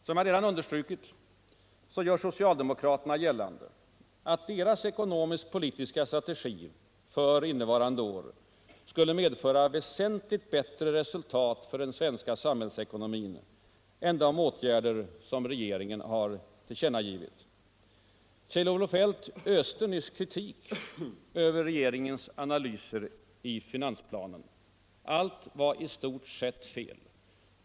Som jag redan understrukit gör socialdemokraterna gällande att deras ekonomisk-politiska strategi för innevarande år skulle medföra väsentligt bättre resultat för den svenska samhällsekonomin än de åtgärder som regeringen har tillkännagivit. Kjell-Olof Feldt öste nyss kritik över regeringens analyser i finansplanen. Allt var i stort sett fel.